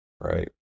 right